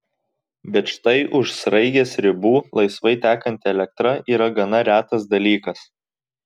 bet štai už sraigės ribų laisvai tekanti elektra yra gana retas dalykas